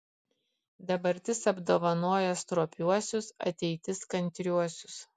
dabartis apdovanoja stropiuosius ateitis kantriuosius